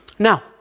Now